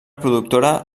productora